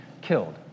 killed